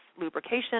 lubrication